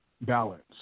balance